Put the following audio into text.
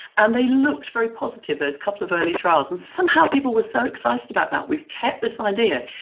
and they looked very positive, those couple of early trials. and somehow people were so excited about that. we've kept this idea,